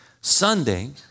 Sunday